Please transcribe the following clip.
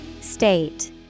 State